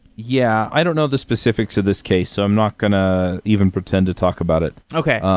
yeah. i don't know the specifics of this case. so i'm not going to even pretend to talk about it. okay.